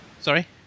Sorry